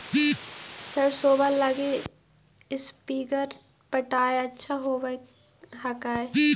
सरसोबा लगी स्प्रिंगर पटाय अच्छा होबै हकैय?